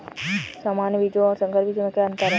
सामान्य बीजों और संकर बीजों में क्या अंतर है?